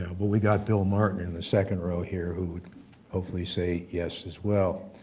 know, but we got bill martin in the second row here who would hopefully say yes as well.